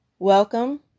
Welcome